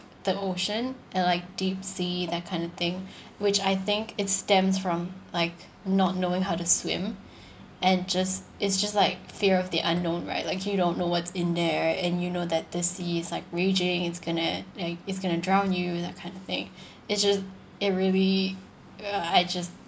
the ocean and like deep sea that kind of thing which I think it stems from like not knowing how to swim and just it's just like fear of the unknown right like you don't know what's in there right and you know that this sea is like raging it's going to like it's going to drown you that kind of thing it's just it really ah I just